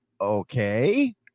okay